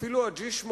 אפילו ה-8G,